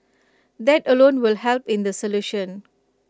that alone will help in the solution